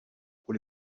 pour